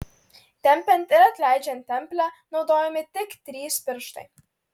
tempiant ir atleidžiant templę naudojami tik trys pirštai